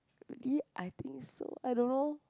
we I think so I don't know